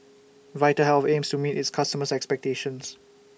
Vitahealth aims to meet its customers' expectations